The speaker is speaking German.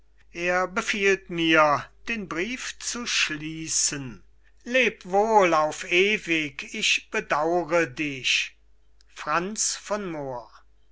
er befiehlt mir den brief zu schliessen leb wohl auf ewig ich bedaure dich franz von moor